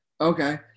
Okay